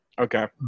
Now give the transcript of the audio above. Okay